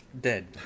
dead